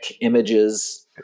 images